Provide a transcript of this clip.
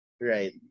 Right